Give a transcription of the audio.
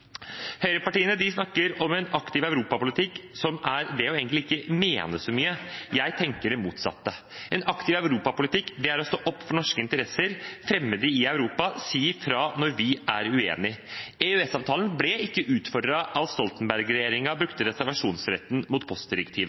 Høyrepartiene snakker om en aktiv europapolitikk som egentlig er å ikke mene så mye. Jeg tenker det motsatte. En aktiv europapolitikk er å stå opp for norske interesser, fremme dem i Europa og si fra når vi er uenige. EØS-avtalen ble ikke utfordret av at Stoltenberg-regjeringen brukte reservasjonsretten mot postdirektivet.